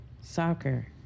Soccer